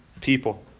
people